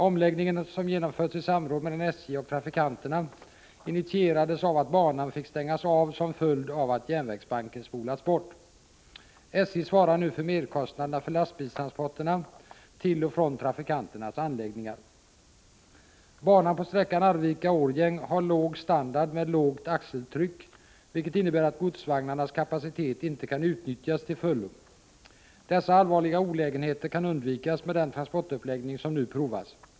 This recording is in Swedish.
Omläggningen som genomförts i samråd mellan SJ och trafikanterna initierades av att banan fick stängas av som följd av att järnvägsbanken spolats bort. SJ svarar nu för merkostnaderna för lastbilstransporterna till och från trafikanternas anläggningar. Banan på sträckan Arvika-Årjäng har låg standard med lågt axeltryck, vilket innebär att godsvagnarnas kapacitet inte kan utnyttjas till fullo. Dessa allvarliga olägenheter kan undvikas med den transportuppläggning som nu provas.